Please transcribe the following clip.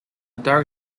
dark